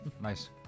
nice